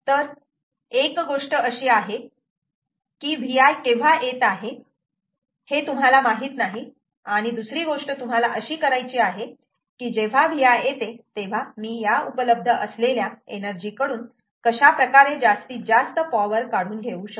तर एक गोष्ट अशी आहे की Vi केव्हा येत आहे हे तुम्हाला माहित नाही आणि दुसरी गोष्ट तुम्हाला अशी करायची आहे की जेव्हा Vi येते तेव्हा मी या उपलब्ध असलेल्या एनर्जी कडून कशाप्रकारे जास्तीत जास्त पॉवर काढून घेऊ शकतो